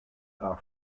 are